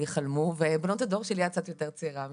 חלמנו ובנות הדור שלי - את קצת יותר צעירה ממני.